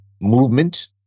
movement